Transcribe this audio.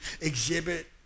exhibit